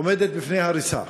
עומדת בפני הריסה.